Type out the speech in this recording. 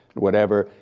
whatever,